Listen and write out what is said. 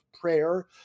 prayer